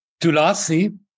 Tulasi